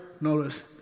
notice